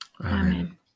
Amen